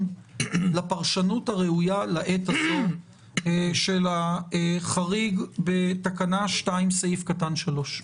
לפרשנות הראויה לעת הזו של החריג בתקנה 2 בפסקה (3).